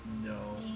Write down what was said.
No